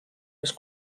més